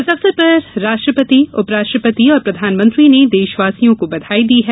इस अवसर पर राष्ट्रपति उपराष्ट्रपति और प्रधानमंत्री ने देशवासियों को बंधाई दी है